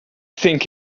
think